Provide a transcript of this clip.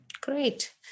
Great